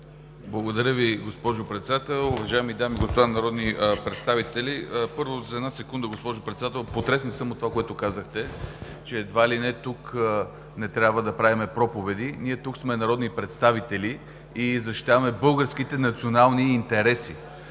Благодаря Ви, госпожо Председател. Уважаеми дами и господа народни представители, първо за една секунда, госпожо Председател. Потресен съм от това, което казахте, че едва ли не тук не трябва да правим проповеди. Ние тук сме народни представители и защитаваме българските национални интереси.